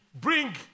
bring